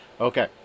Okay